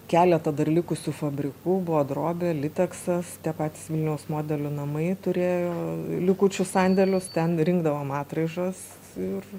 keletą dar likusių fabrikų buvo drobė liteksas tie patys vilniaus modelių namai turėjo likučių sandėlius ten rinkdavom atraižas ir